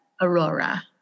Aurora